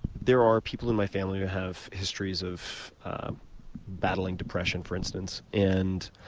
there are people in my family who have histories of battling depression for instance, and